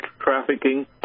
trafficking